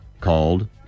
called